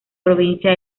provincia